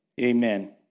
Amen